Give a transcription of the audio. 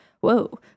whoa